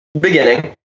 Beginning